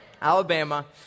Alabama